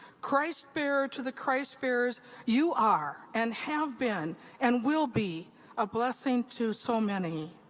christ-bearer to the christ-bearers, you are and have been and will be a blessing to so many.